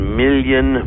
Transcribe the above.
million